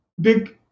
big